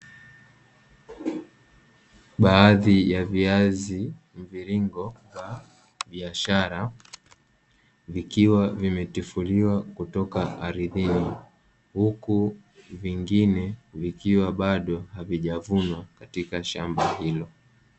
Baadhi ya viazi vilivyo vya biashara, vikiwa vimetifuliwa kutoka ardhini, huku vingine vikiwa bado havijavunwa katika shamba hilo.